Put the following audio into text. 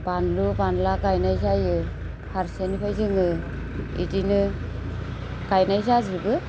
बानलु बानला गाइनाय जायो फारसेनिफ्राय जोङो इदिनो गाइनाय जाजोबो